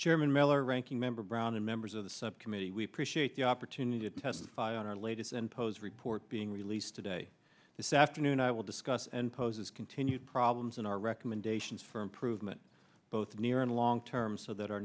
chairman miller ranking member brown and members of the subcommittee we appreciate the opportunity to testify on our latest and pows report being released today this afternoon i will discuss and poses continued problems in our recommendations for improvement both near and long term so that our